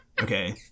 Okay